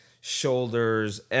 shoulders